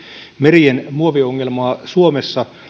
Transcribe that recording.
merien muoviongelmaa suomessa